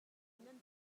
nan